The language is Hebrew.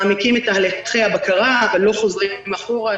מעמיקים את תהליכי הבקרה אבל לא חוזרים אחורה,